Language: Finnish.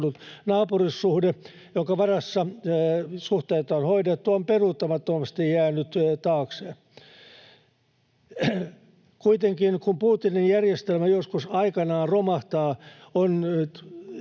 naapuruussuhde, jonka varassa suhteita on hoidettu, on peruuttamattomasti jäänyt taakse. Kuitenkin kun Putinin järjestelmä joskus aikanaan romahtaa,